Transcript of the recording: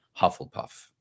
hufflepuff